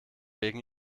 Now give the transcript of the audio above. wegen